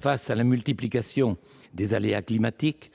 Devant la multiplication des aléas climatiques,